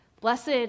Blessed